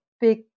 big